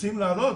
רוצים להעלות?